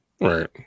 Right